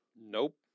Nope